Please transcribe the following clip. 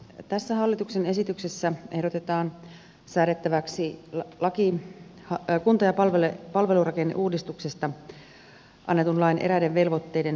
tässä hallituksen esityksessä ehdotetaan säädettäväksi laki kunta ja palvelurakenneuudistuksesta annetun lain eräiden velvoitteiden soveltamisesta